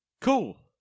Cool